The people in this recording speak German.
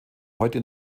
heute